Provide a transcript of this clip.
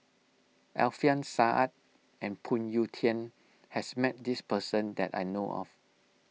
Alfian Sa'At and Phoon Yew Tien has met this person that I know of